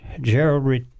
Gerald